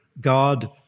God